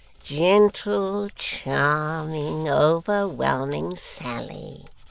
gentle, charming, overwhelming sally